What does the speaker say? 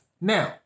Now